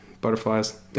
Butterflies